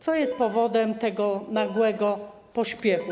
Co jest powodem tego nagłego pośpiechu?